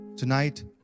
Tonight